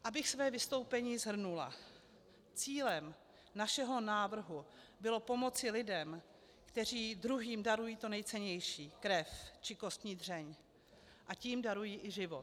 Abych své vystoupení shrnula, cílem našeho návrhu bylo pomoci lidem, kteří druhým darují to nejcennější, krev či kostní dřeň, a tím darují i život.